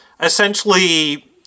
essentially